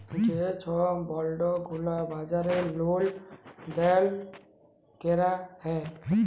যে ছব বল্ড গুলা বাজারে লেল দেল ক্যরা হ্যয়